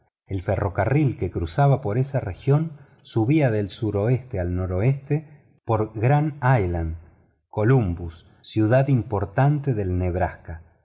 el ferrocarril que cruzaba por esa región subía del suroeste al noroeste por grand island columbus ciudad importante de nebraska